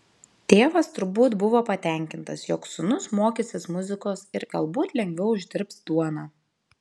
tėvas turbūt buvo patenkintas jog sūnus mokysis muzikos ir galbūt lengviau uždirbs duoną